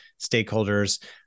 stakeholders